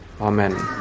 Amen